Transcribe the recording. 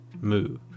move